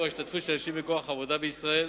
ההשתתפות של נשים בכוח העבודה בישראל.